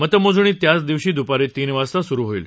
मतमोजणी त्याच दिवशी दुपारी तीन वाजता सुरु होईल